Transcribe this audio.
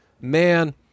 man